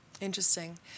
Interesting